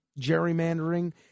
gerrymandering